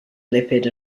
lipid